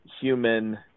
human